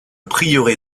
prieuré